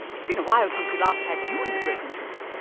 it's been a while since we last had you in the broken tooth!